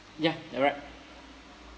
ya you're right